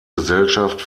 gesellschaft